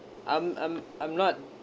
I'm I'm I'm not